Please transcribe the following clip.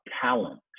talent